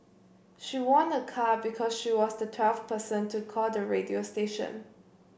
she won a car because she was the twelfth person to call the radio station